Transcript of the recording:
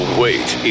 wait